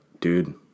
dude